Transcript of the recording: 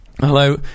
Hello